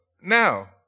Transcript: now